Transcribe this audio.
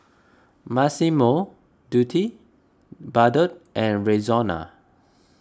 Massimo Dutti Bardot and Rexona